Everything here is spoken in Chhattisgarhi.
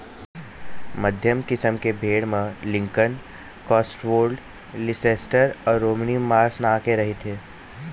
मध्यम किसम के भेड़ म लिंकन, कौस्टवोल्ड, लीसेस्टर अउ रोमनी मार्स नांव के रहिथे